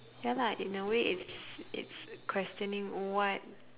ya lah in a way it's it's questioning what